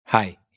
Hi